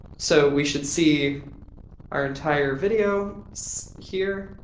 so we should see our entire video here.